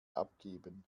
abgeben